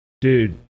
Dude